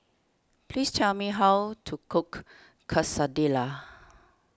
please tell me how to cook Quesadillas